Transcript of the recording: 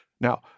Now